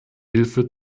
hilfe